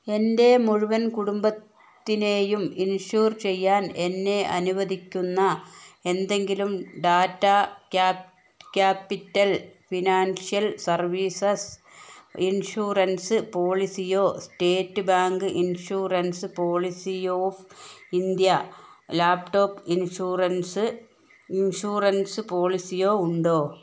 എൻ്റെ മുഴുവൻ കുടുംബത്തിനെയും ഇൻഷുർ ചെയ്യാൻ എന്നെ അനുവദിക്കുന്ന എന്തെങ്കിലും data capital financial services insurance പോളിസിയോ state bank insurance policy of India laptop insurance insurance പോളിസിയോ ഉണ്ടോ